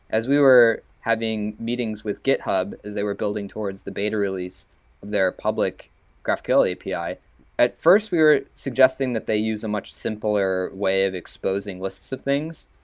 as we were having meetings with github as they were building towards the beta release of their public graphql api, api, at first we were suggesting that they use a much simpler way of exposing lists of things.